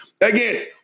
Again